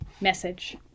message